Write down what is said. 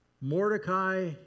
Mordecai